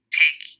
take